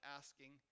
asking